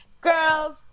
girls